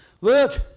Look